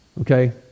okay